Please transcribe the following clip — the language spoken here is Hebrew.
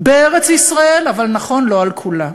בארץ-ישראל, אבל נכון, לא על כולה.